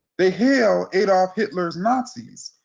they hail adolf hitler's nazis,